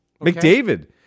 mcdavid